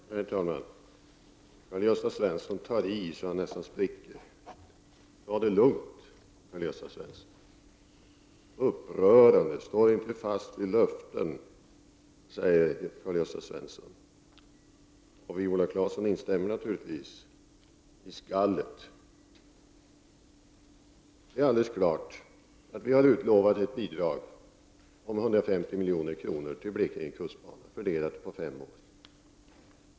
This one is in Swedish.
Herr talman! Karl-Gösta Svenson tar i så han nästan spricker. Ta det lugnt, Karl-Gösta Svenson! ”Upprörande, står inte fast vid sina löften”, säger Karl Gösta Svenson, och Viola Claesson instämmer naturligtvis i skallet. Det är alldeles klart att vi har utlovat ett bidrag på 150 milj.kr. till Blekinge kustbana, fördelat på fem år.